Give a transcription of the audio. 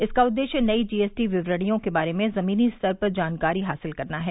इसका उद्देश्य नई जीएसटी विवरणियों के बारे में जमीनी स्तर पर जानकारी हासिल करना है